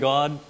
God